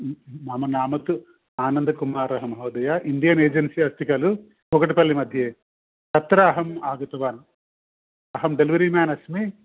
मम नाम तु आनन्दकुमारः महोदया इण्डियन् एजेन्सि अस्ति खलु कुकटपल्लीमध्ये तत्र अहम् आगतवान् अहं डेलिवरी मेन् अस्मि